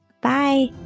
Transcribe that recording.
Bye